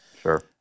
Sure